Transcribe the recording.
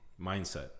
mindset